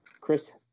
Chris